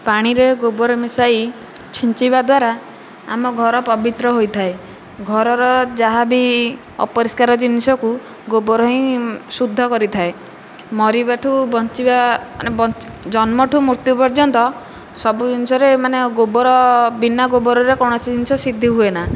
ପାଣିରେ ଗୋବର ମିଶାଇ ଛିଞ୍ଚିବା ଦ୍ୱାରା ଆମ ଘର ପବିତ୍ର ହୋଇଥାଏ ଘରର ଯାହା ବି ଅପରିଷ୍କାର ଜିନିଷକୁ ଗୋବର ହିଁ ଶୁଦ୍ଧ କରିଥାଏ ମରିବାଠୁ ବଞ୍ଚିବା ମାନେ ଜନ୍ମ ଠୁ ମୃତ୍ୟୁ ପର୍ଯ୍ୟନ୍ତ ସବୁ ଜିନିଷରେ ମାନେ ଗୋବର ବିନା ଗୋବରରେ କୌଣସି ଜିନିଷ ସିଦ୍ଧି ହୁଏନା